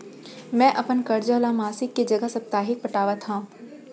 मै अपन कर्जा ला मासिक के जगह साप्ताहिक पटावत हव